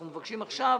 אנחנו מבקשים עכשיו